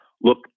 look